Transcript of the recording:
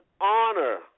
honor